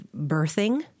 birthing